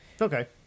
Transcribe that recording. Okay